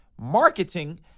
marketing